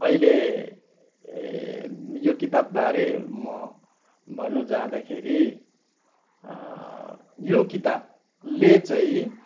अहिले यो किताबबारे म भन्नु जाँदाखेरि यो किताबले चाहिँ